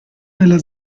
nella